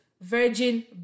virgin